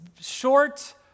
short